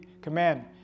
Command